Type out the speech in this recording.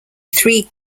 three